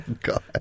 God